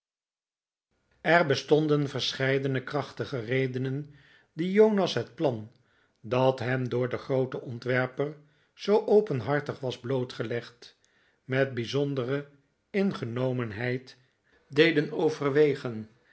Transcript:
er bestonden verscheidene krachtige redenen die jonas het plan dat hem door den grooten ontwerper zoo openhartig was blootgelegd met bijzondere ingenomenheid deden overwegen